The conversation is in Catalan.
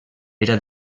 era